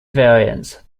variants